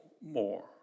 more